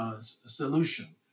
Solution